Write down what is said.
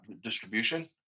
distribution